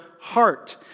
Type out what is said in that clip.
heart